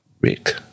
Rick